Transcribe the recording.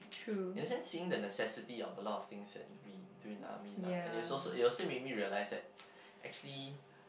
in a sense seeing the necessity of a lot of things that we do in army lah and is also it'll still make me realize that actually